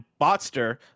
botster